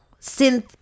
synth